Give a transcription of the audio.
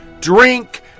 drink